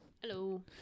Hello